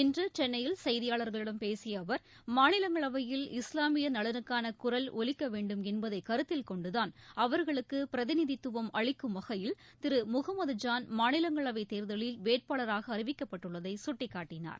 இன்று சென்னையில் செய்தியாளர்களிடம் பேசிய அவர் மாநிலங்களவையில் இஸ்லாமியர் நலனுக்கான குரல் ஒலிக்க வேண்டும் என்பதை கருத்தில் கொண்டுதான் அவர்களுக்கு பிரதிநிதித்துவம் வேட்பாளராக அளிக்கும் வகையில் திரு முகமது ஜான் மாநிலங்களவைத் தேர்லில் அறிவிக்கப்பட்டுள்ளதை சுட்டிக்காட்டினார்